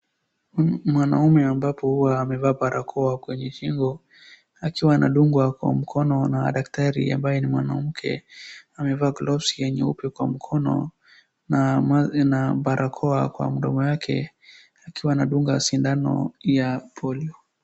Mwanaume ambapo hua amevaa barakoa kwenye shingo akiwa anadungwa kwa mkono na daktari ambaye ni mwanamke amevaa gloves ya nyeupe kwa mkono na barakoa kwa mdomo yake akiwa anadunga sindano ya polio.